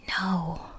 no